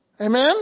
Amen